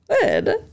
good